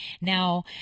Now